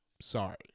Sorry